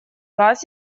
вас